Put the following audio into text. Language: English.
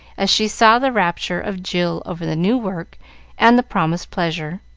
as she saw the rapture of jill over the new work and the promised pleasure.